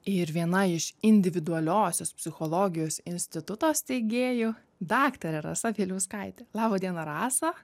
ir viena iš individualiosios psichologijos instituto steigėjų daktarė rasa bieliauskaitė laba diena rasa